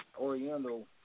oriental